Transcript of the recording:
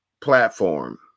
platform